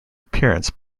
appearance